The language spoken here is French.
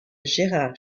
gérard